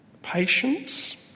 Patience